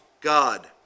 God